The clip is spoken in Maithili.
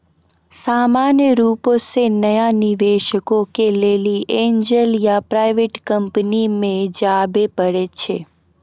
सामान्य रुपो से नया निबेशको के लेली एंजल या प्राइवेट कंपनी मे जाबे परै छै